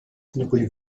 ethnically